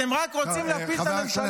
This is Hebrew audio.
נכון, אנחנו, אתם רק רוצים להפיל את הממשלה.